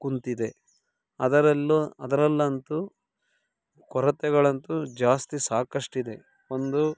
ಕುಂತಿದೆ ಅದರಲ್ಲೂ ಅದರಲ್ಲಂತೂ ಕೊರತೆಗಳಂತೂ ಜಾಸ್ತಿ ಸಾಕಷ್ಟಿದೆ ಒಂದು